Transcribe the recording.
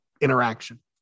interaction